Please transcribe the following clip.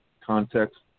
context